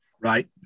right